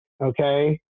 okay